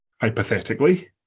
hypothetically